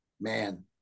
man